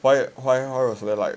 why why are so they're like